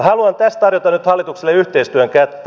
haluan tässä tarjota nyt hallitukselle yhteistyön kättä